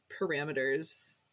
parameters